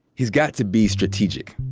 he's got to be strategic.